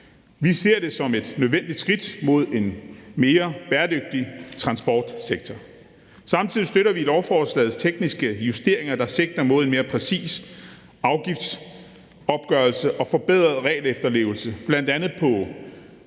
Vi ser det som et nødvendigt skridt mod en mere bæredygtig transportsektor. Samtidig støtter vi i lovforslagets tekniske justeringer, der sigter mod en mere præcis afgiftsgodtgørelse og en forbedret regelefterlevelse, bl.a. på